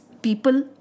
people